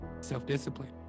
self-discipline